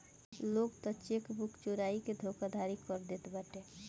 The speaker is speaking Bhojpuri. लोग तअ चेकबुक चोराई के धोखाधड़ी कर देत बाटे